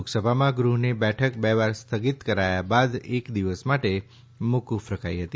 લોકસભામાં ગૃહને બેઠક બે વાર સ્થગિત કરાયા બાદ એક દિવસ માટે મોક્રફ રખાઈ હતી